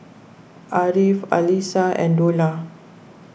Ariff Alyssa and Dollah